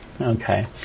Okay